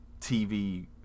TV